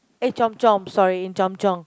eh Chomp-Chomp sorry in Chomp-Chomp